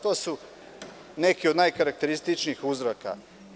To su neki najkarakterističniji uzroci.